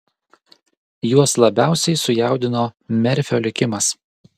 juos labiausiai sujaudino merfio likimas